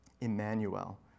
Emmanuel